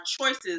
choices